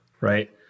right